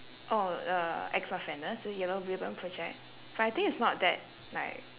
oh uh ex-offenders the yellow ribbon project but I think it's not that like